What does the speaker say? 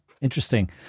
interesting